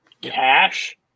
Cash